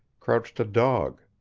crouched a dog.